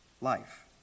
life